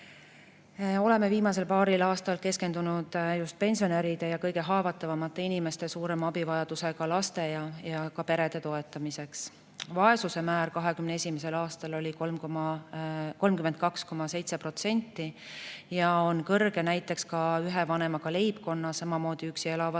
Oleme viimasel paaril aastal keskendunud just pensionäride ja kõige haavatavamate inimeste, suurema abivajadusega laste ja ka perede toetamisele. Vaesuse määr oli 2021. aastal 32,7% ja on kõrge näiteks ka ühe vanemaga leibkondades, samamoodi üksi elavate